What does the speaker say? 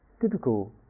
typical